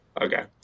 Okay